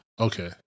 Okay